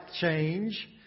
change